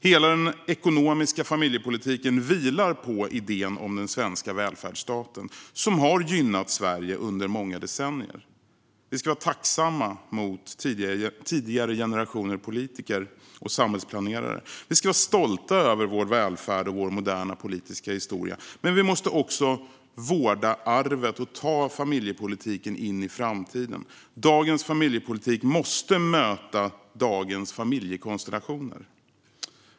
Hela den ekonomiska familjepolitiken vilar på idén om den svenska välfärdsstaten, som har gynnat Sverige under många decennier. Vi ska vara tacksamma mot tidigare generationers politiker och samhällsplanerare. Vi ska vara stolta över vår välfärd och vår moderna politiska historia. Men vi måste också vårda arvet och ta familjepolitiken in i framtiden. Dagens familjepolitik måste möta dagens familjekonstellationer.